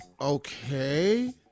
Okay